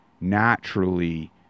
naturally